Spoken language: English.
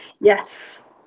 Yes